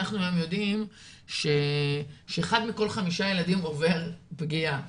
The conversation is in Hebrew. אנחנו היום יודעים שאחד מכל חמישה ילדים עובר פגיעה.